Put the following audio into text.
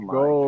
go